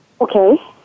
Okay